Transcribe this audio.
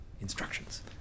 instructions